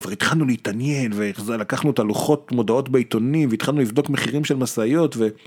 כבר התחלנו להתעניין, לקחנו את הלוחות מודעות בעיתונים, התחלנו לבדוק מחירים של משאיות.